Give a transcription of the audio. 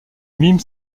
mime